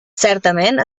certament